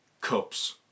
Cups